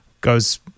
goes